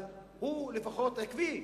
אבל הוא לפחות עקבי.